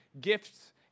gifts